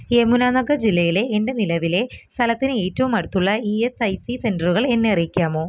യമുനാനഗർ ജില്ലയിലെ എൻ്റെ നിലവിലെ സ്ഥലത്തിന് ഏറ്റവും അടുത്തുള്ള ഇ എസ് ഐ സി സെൻറ്ററുകൾ എന്നെ അറിയിക്കാമൊ